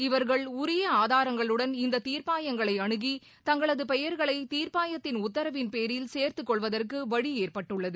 இவர்கள் உரிய ஆதாரங்களுடன் இந்த தீர்ப்பாயங்களை அனுகி தங்களது பெயர்களை தீர்ப்பாயத்தின் உத்தரவின் பேரில் சேர்த்துக் கொள்வதற்கு வழி ஏற்பட்டுள்ளது